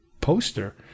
poster